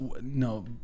no